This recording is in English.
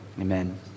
Amen